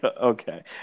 okay